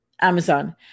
Amazon